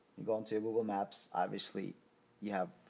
you go into google maps, obviously you have